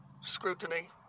scrutiny